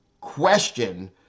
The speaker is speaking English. question